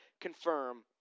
confirm